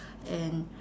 and